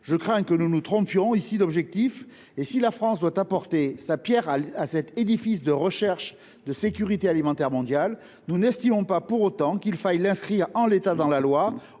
Je crains que nous ne nous trompions ici d’objectif. Si la France doit apporter sa pierre à cet édifice de recherche de sécurité alimentaire mondiale, nous n’estimons pas pour autant qu’il faille l’inscrire en l’état dans la loi,